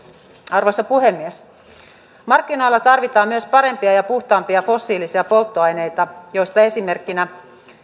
arvoisa puhemies markkinoilla tarvitaan myös parempia ja puhtaampia fossiilisia polttoaineita joista esimerkkinä